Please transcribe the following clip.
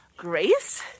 grace